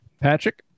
patrick